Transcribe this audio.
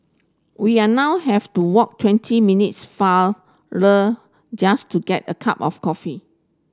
we are now have to walk twenty minutes farther just to get a cup of coffee